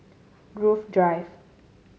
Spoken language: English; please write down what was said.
Grove Drive